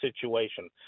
situation